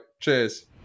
Cheers